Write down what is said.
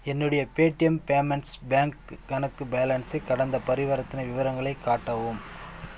என்னுடைய Paytm payments bank கணக்கு பேலன்ஸை கடந்த பரிவர்த்தனை விவரங்களை காட்டவும்